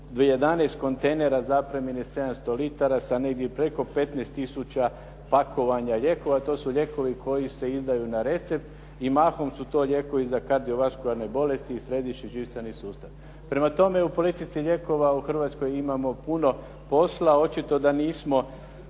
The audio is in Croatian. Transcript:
11 kontejnera zapremnine 700 litara sa negdje preko 15 tisuća pakovanja lijekova. To su lijekovi koji se izdaju na recept i mahom su to lijekovi za kardiovaskularne bolesti i središnji živčani sustav. Prema tome, u politici lijekova u Hrvatskoj imamo puno posla. Očito da nismo